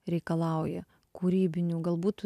reikalauja kūrybinių galbūt